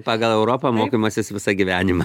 pagal europą mokymasis visą gyvenimą